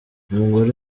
umugore